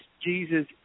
Jesus